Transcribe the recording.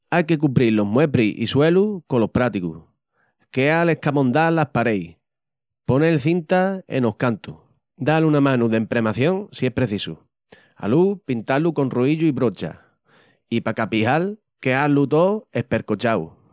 Aí que cubril los muebris i suelus colos práticus, queal escamondás las pareis, ponel cinta enos cantus, dal una manu d'emprimación si es precisu, alúu pintá-la con roíllu i brocha i p'acabijal queá-lu to espercochau.